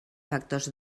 factors